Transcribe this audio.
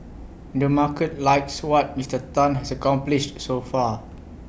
the market likes what Mister Tan has accomplished so far